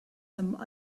some